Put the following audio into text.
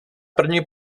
první